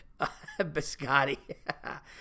biscotti